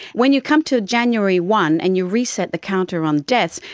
when you come to january one and you reset the counter on deaths,